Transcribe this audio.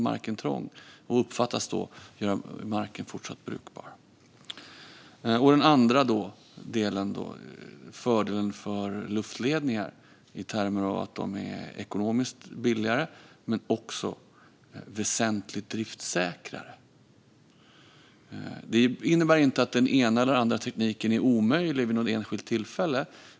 De uppfattas då göra att marken fortsatt är brukbar. Fördelen med luftledningar är att de är ekonomiskt billigare men också väsentligt driftssäkrare. Det innebär inte att den ena eller andra tekniken är omöjlig vid något enskilt tillfälle.